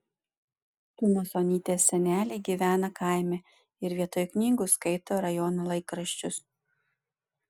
tumasonytės seneliai gyvena kaime ir vietoj knygų skaito rajono laikraščius